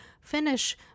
finish